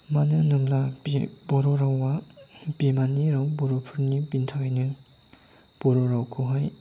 मानो होनोब्ला बर' रावआ बिमानि राव बर'फोरनि बिनि थाखायनो बर' रावखौहाय